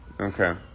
okay